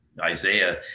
isaiah